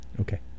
Okay